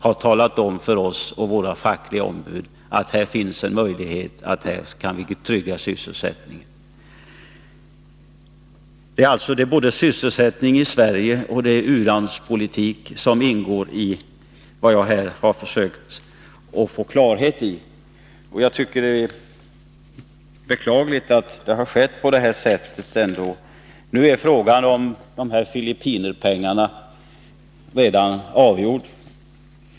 Ledningarna hade för de anställda och deras fackliga ombud talat om att det här fanns en möjlighet att trygga sysselsättningen. Både sysselsättningen i Sverige och u-landspolitiken berörs således av den fråga som jag här har försökt få klarhet i. Det är beklagligt att det har gått till på detta sätt. Nu är frågan om dessa ”Filippinerpengar” avgjord.